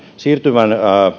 siirtyvän